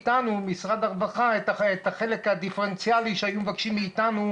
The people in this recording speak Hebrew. משרד הרווחה היה גובה מאיתנו את החלק הדיפרנציאלי שהיו מבקשים מאיתנו.